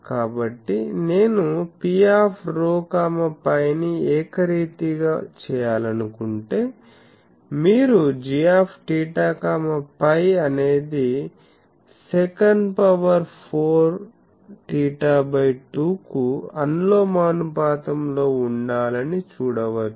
కాబట్టి నేను Pρφ ని ఏకరీతిగా చేయాలనుకుంటే మీరు gθφ అనేది sec4θ2 కు అనులోమానుపాతంలో ఉండాలని చూడవచ్చు